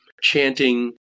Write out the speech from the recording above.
chanting